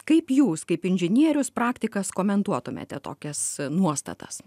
kaip jūs kaip inžinierius praktikas komentuotumėte tokias nuostatas